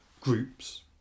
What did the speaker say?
groups